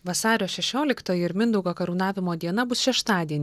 vasario šešioliktoji ir mindaugo karūnavimo diena bus šeštadienį